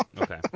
Okay